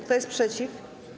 Kto jest przeciw?